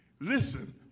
Listen